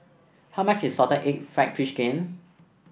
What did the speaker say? how much is Salted Egg fried fish skin